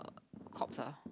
corpse ah